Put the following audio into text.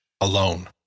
alone